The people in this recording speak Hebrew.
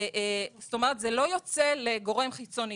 זאת אומרת זה לא יוצא לגורם חיצוני,